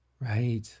Right